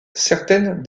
certaines